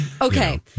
Okay